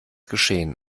geschehen